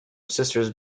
sisters